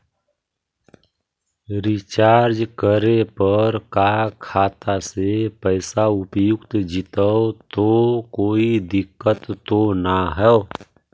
Recharge करे पर का खाता से पैसा उपयुक्त जितै तो कोई दिक्कत तो ना है?